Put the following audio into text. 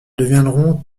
deviendront